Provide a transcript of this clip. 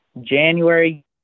January